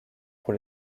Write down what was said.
pour